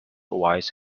wise